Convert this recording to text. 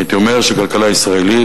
הייתי אומר שהכלכלה הישראלית,